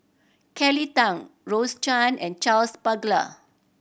Kelly Tang Rose Chan and Charles Paglar